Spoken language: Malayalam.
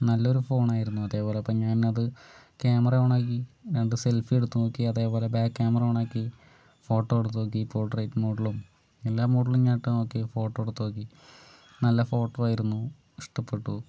നല്ലൊരു ഫോണായിരുന്നു അതേപോലെ അപ്പോൾ ഞാനത് ക്യാമറ ഓണാക്കി എൻ്റെ സെൽഫി എടുത്ത് നോക്കി അതേപോലെ ബാക്ക് ക്യാമറ ഓൺ ആക്കി ഫോട്ടോ എടുത്ത് നോക്കി പോർട്രൈറ്റ് മോഡിലും എല്ലാ മോഡിലും ഞാൻ ഇട്ട് നോക്കി ഫോട്ടോ എടുത്ത് നോക്കി നല്ല ഫോട്ടോ ആയിരുന്നു ഇഷ്ട്ടപ്പെട്ടു